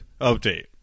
update